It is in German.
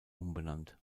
umbenannt